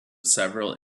several